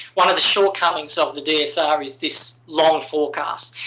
one of the shortcomings of the dsr is this long forecast.